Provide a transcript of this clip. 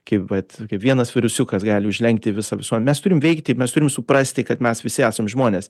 kai vat vienas virusiukas gali užlenkti visuomenę mes turim veikti mes turim suprasti kad mes visi esam žmonės